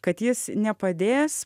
kad jis nepadės